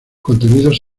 contenidos